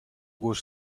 was